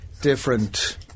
different